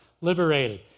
liberated